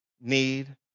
need